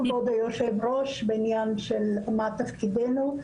כבוד היושב-ראש, בעניין של מה תפקידנו.